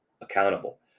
accountable